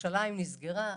וירושלים נסגרה.